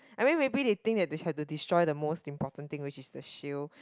I mean maybe they think that they have to destroy the most important thing which is the shield